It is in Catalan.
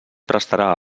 prestarà